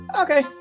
Okay